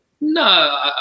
No